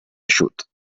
eixut